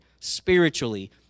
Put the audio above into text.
spiritually